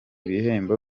bihembo